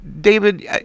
David